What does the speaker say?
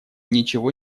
ничего